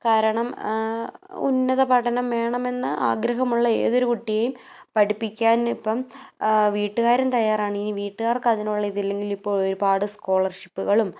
കാരണം ഉന്നത പഠനം വേണമെന്ന ആഗ്രഹമുള്ള ഏതൊരു കുട്ടിയെയും പഠിപ്പിക്കാനിപ്പം വീട്ടുകാരും തയ്യാറാണീ വീട്ടുകാർക്കതിനുള്ള ഇതില്ലെങ്കിൽ ഇപ്പം ഒരുപാട് സ്കോളർഷിപ്പുകളും